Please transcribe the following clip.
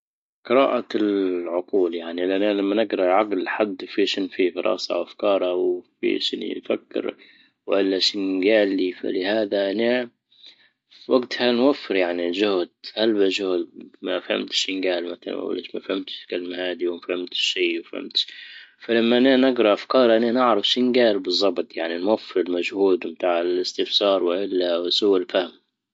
قراءة العقول يعني لان انا لما نجرأ لعقل حد فيه شين فى راسه افكاراو في شين يفكر ولا شين جالى. فلهذا انا وجتها نوفر يعني جهد هلبا جهد ما فهمتش ينجال مثلا ما فهمتش كلمة هادي وما فهمتش شي ما فهمتش-. فلما نجرا افكار انا نعرف بالزبط يعني نوفر المجهود متاع الاستفسار والا وسوء الفهم.